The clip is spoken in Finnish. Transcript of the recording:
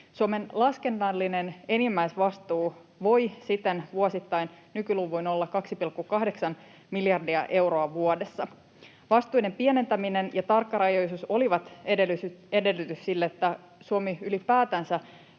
Suomen laskennallinen enimmäisvastuu voi siten vuosittain nykyluvuin olla 2,8 miljardia euroa vuodessa. Vastuiden pienentäminen ja tarkkarajaisuus olivat edellytys sille, että Suomi ylipäätänsä